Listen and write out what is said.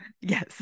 Yes